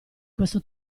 questo